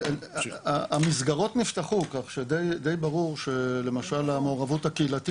המסגרות נפתחו, כך שדי ברור שהמעורבות הקהילתית.